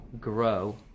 grow